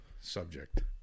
subject